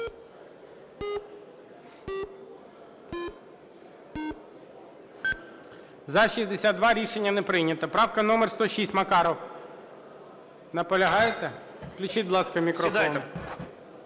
За-62 Рішення не прийнято. Правка номер 106, Макаров. Наполягаєте? Включіть, будь ласка, мікрофон. 16:24:59